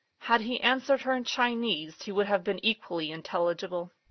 had he answered her in chinese he would have been equally intelligible.